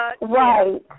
Right